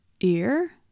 ear